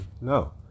No